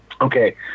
Okay